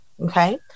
okay